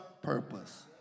purpose